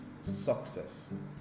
Success